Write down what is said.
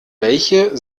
welche